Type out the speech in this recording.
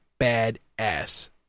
badass